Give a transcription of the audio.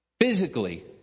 Physically